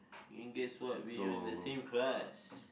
and guess what we were in the same class